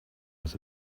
was